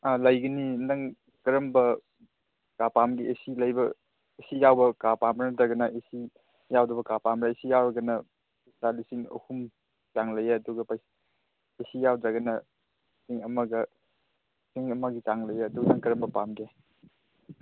ꯑꯥ ꯂꯩꯒꯅꯤ ꯅꯪ ꯀꯔꯝꯕ ꯀꯥ ꯄꯥꯝꯒꯦ ꯑꯦ ꯁꯤ ꯂꯩꯕ ꯑꯦ ꯁꯤ ꯌꯥꯎꯕ ꯀꯥ ꯄꯥꯝꯕ꯭ꯔꯥ ꯅꯠꯇ꯭ꯔꯒꯅ ꯑꯦ ꯁꯤ ꯌꯥꯎꯗꯕ ꯀꯥ ꯄꯥꯝꯕ꯭ꯔꯥ ꯑꯦ ꯁꯤ ꯌꯥꯎꯔꯒꯅ ꯂꯨꯄꯥ ꯂꯤꯁꯤꯡ ꯑꯍꯨꯝ ꯆꯥꯡ ꯂꯩꯌꯦ ꯑꯗꯨꯒ ꯑꯦ ꯁꯤ ꯌꯥꯎꯗ꯭ꯔꯒꯅ ꯂꯤꯁꯤꯡ ꯑꯃꯒ ꯂꯤꯁꯤꯡ ꯑꯃꯒꯤ ꯆꯥꯡ ꯂꯩꯌꯦ ꯑꯗꯨ ꯅꯪ ꯀꯔꯝꯕ ꯄꯥꯝꯒꯦ